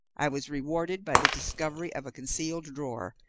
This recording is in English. i was rewarded by the discovery of a concealed drawer,